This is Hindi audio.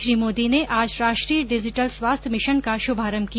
श्री मोदी ने आज राष्ट्रीय डिजिटल स्वास्थ्य मिशन का श्रभारंभ किया